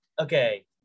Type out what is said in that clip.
okay